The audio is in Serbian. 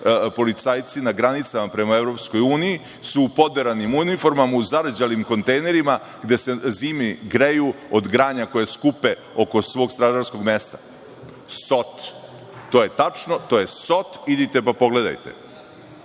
policajci na granicama prema EU u poderanim uniformama, u zarđalim kontejnerima gde se zimi greju od granja koje skupe oko svog stražarskog mesta? Sot. To je tačno. To je Sot, idite pa pogledajte.